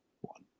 one